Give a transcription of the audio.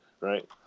right